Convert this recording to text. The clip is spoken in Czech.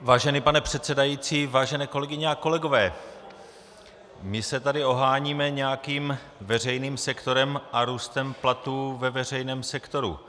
Vážený pane předsedající, vážené kolegyně a kolegové, my se tady oháníme nějakým veřejným sektorem a růstem platů ve veřejném sektoru.